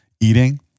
eating